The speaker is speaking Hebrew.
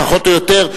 פחות או יותר,